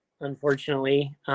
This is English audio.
unfortunately